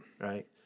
Right